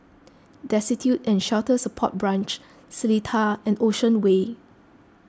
Destitute and Shelter Support Branch Seletar and Ocean Way